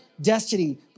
destiny